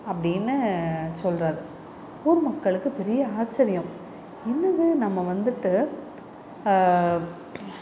அப்படின்னு சொல்லுறாரு ஊர் மக்களுக்கு பெரிய ஆச்சர்யம் என்னது நம்ம வந்துவிட்டு